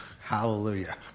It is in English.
Hallelujah